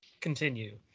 Continue